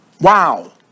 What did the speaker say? Wow